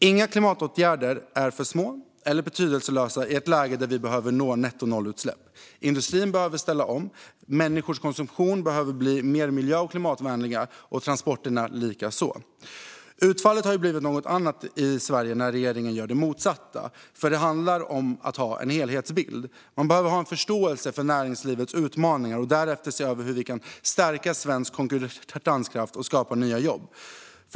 Inga klimatåtgärder är för små eller betydelselösa i ett läge när vi behöver nå nettonollutsläpp. Industrin behöver ställa om. Människors konsumtion behöver bli mer miljö och klimatvänlig, transporterna likaså. Utfallet har blivit något annat i Sverige när regeringen gör det motsatta, för det handlar om att ha en helhetsbild. Man behöver ha en förståelse för näringslivets utmaningar och därefter se över hur vi kan stärka svensk konkurrenskraft och skapa nya jobb.